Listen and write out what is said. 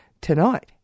tonight